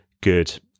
good